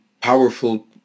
powerful